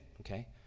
okay